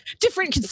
Different